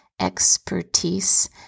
expertise